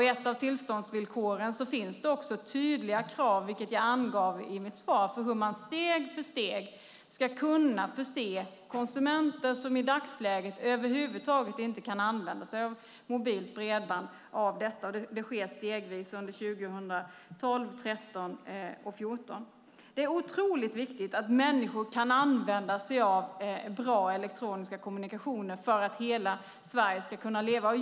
I ett av tillståndsvillkoren finns det också tydliga krav, vilket jag angav i mitt svar, när det gäller hur man steg för steg ska kunna förse konsumenter, som i dagsläget över huvud taget inte kan använda sig av mobilt bredband, med detta. Det sker stegvis under 2012, 2013 och 2014. Det är otroligt viktigt att människor kan använda sig av bra elektroniska kommunikationer för att hela Sverige ska kunna leva.